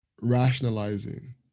rationalizing